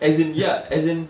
as in ya as in